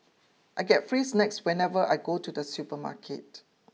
I get free snacks whenever I go to the supermarket